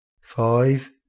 five